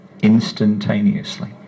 instantaneously